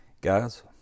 Guys